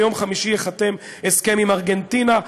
ביום חמישי ייחתם הסכם עם ארגנטינה.